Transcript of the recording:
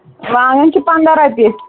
وانٛگَن چھِ پنٛداہ رۄپیہِ